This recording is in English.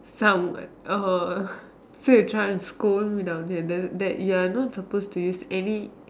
some what orh so you are trying to scold me down here that that you are not supposed to use any